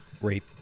rape